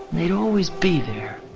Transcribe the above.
they'd always be there.